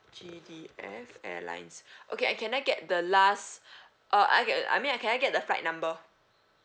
G_D_F airlines okay and can I get the last uh I get I mean can I get the flight number